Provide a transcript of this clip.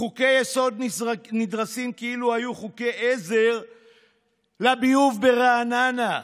"חוקי-יסוד נדרסים כאילו הם חוקי עזר על ביוב ברעננה".